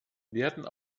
werden